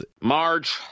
Marge